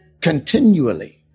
Continually